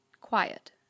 quiet